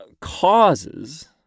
causes